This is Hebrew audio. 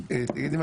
יותר